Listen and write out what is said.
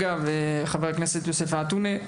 חבר הכנסת יוסף עטאונה,